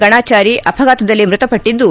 ಗಣಾಚಾರಿ ಅಪಘಾತದಲ್ಲಿ ಮ್ನತಪಟ್ಟಿದ್ದು